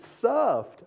served